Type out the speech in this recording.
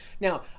Now